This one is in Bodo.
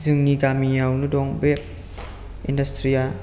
जोंनि गामियावनो दं बे इनदासथ्रिया